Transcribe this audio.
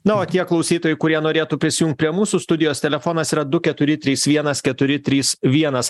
na o tie klausytojai kurie norėtų prisijungt prie mūsų studijos telefonas yra du keturi trys vienas keturi trys vienas